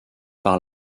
par